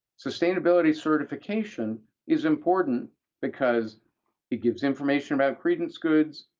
sustainability certification is important because it gives information about credence goods,